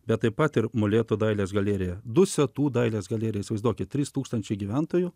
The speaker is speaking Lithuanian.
bet taip pat ir molėtų dailės galerija dusetų dailės galerijos įsivaizduokit trys tūkstančiai gyventojų